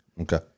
Okay